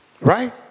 Right